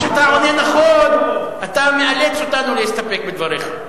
כשאתה עונה נכון, אתה מאלץ אותנו להסתפק בדבריך.